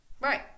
right